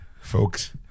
Folks